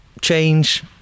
change